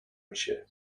میشه